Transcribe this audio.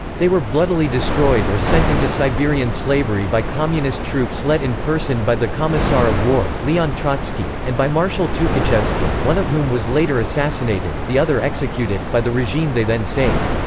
they were bloodily destroyed or sent into siberian slavery by communist troops led in person by the commissar of war, leon trotsky, and by marshal tukhachevsky, one of whom was later assassinated, the other executed, by the regime they then saved.